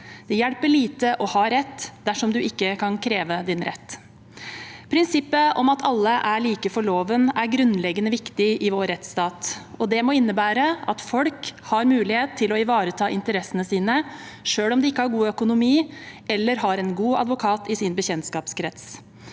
Det hjelper lite å ha rett dersom du ikke kan kreve din rett. Prinsippet om at alle er like for loven er grunnleggende viktig i vår rettsstat, og det må innebære at folk har mulighet til å ivareta interessene sine selv om de ikke har god økonomi eller har en god advokat i sin bekjentskapskrets.